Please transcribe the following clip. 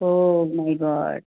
oh my god